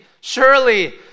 surely